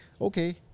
okay